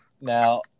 Now